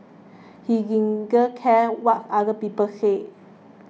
he care what other people said